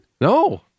No